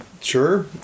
Sure